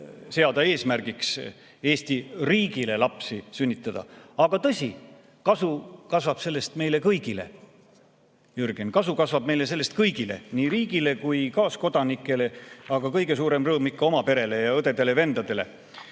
seada eesmärgiks Eesti riigile lapsi sünnitada. Aga tõsi, kasu kasvab sellest meile kõigile. Jürgen, kasu kasvab meile sellest kõigile, nii riigile kui ka kaaskodanikele, aga kõige suurem rõõm ikka oma perele ja õdedele-vendadele. Aga